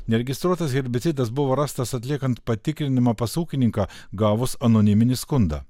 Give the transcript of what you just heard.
neregistruotas herbicidas buvo rastas atliekant patikrinimą pas ūkininką gavus anoniminį skundą